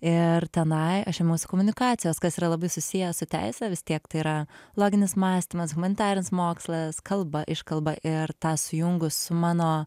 ir tenai aš imuosi komunikacijos kas yra labai susiję su teise vis tiek tai yra loginis mąstymas humanitarinis mokslas kalba iškalba ir tą sujungus su mano